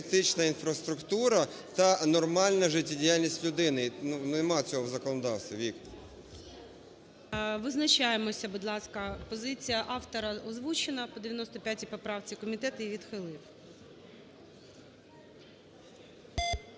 "критична інфраструктура" та "нормальна життєдіяльність людини". Ну, немає цього в законодавстві, Віка. ГОЛОВУЮЧИЙ. Визначаємося, будь ласка. Позиція автора озвучена по 95 поправці, комітет її відхилив.